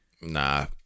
Nah